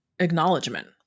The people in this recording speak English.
Acknowledgement